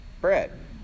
bread